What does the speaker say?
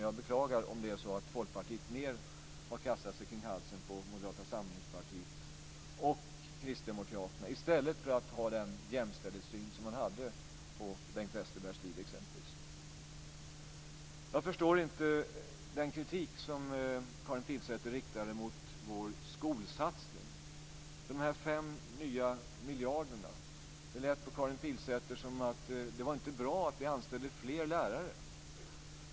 Jag beklagar om det är så att Folkpartiet mer har kastat sig kring halsen på Moderata samlingspartiet och Kristdemokraterna i stället för att ha den jämställdhetssyn som man hade på exempelvis Bengt Westerbergs tid. Jag förstår inte den kritik som Karin Pilsäter riktade mot vår skolsatsning med de 5 nya miljarderna. Det lät på Karin Pilsäter som att det inte var bra att vi anställde nya lärare.